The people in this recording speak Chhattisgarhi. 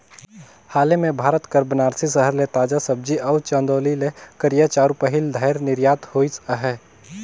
हाले में भारत कर बारानसी सहर ले ताजा सब्जी अउ चंदौली ले करिया चाँउर पहिल धाएर निरयात होइस अहे